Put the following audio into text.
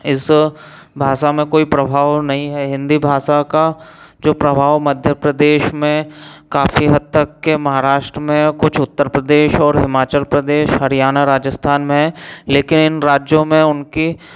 इस भाषा में कोई प्रभाव नहीं है हिंदी भाषा का जो प्रभाव मध्य प्रदेश में काफी हद तक के महाराष्ट्र में कुछ उत्तर प्रदेश और हिमाचल प्रदेश हरियाणा राजस्थान में लेकिन इन राज्यों में उनकी